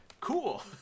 cool